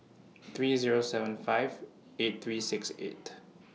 three Zero seven five eight three six eight